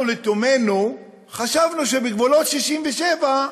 אנחנו לתומנו חשבנו שבגבולות 67'